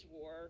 war